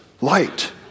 light